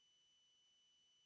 Hvala